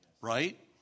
right